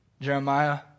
Jeremiah